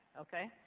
Okay